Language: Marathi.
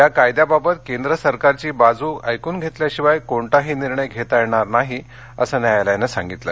या कायद्याबाबत केंद्र सरकारची बाजू ऐकून घेतल्याशिवाय कोणताही निर्णय घेता येणार नाही असं न्यायालयानं सांगितलं